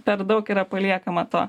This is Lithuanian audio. per daug yra paliekama to